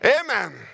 Amen